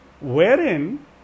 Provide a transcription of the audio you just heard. wherein